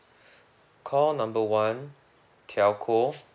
call number one telco